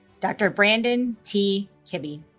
dr. brandon t. kibby